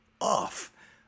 off